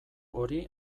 hori